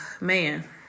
man